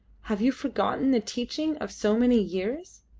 have you forgotten the teaching of so many years?